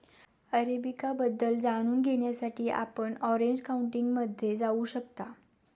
arabica बद्दल जाणून घेण्यासाठी आपण ऑरेंज काउंटीमध्ये जाऊ शकता